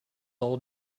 all